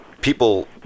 people